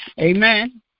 Amen